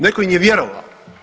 Netko im je vjerovao.